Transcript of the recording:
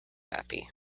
happy